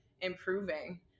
improving